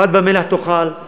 פת במלח תאכל,